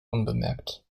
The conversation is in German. unbemerkt